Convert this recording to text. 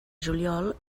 juliol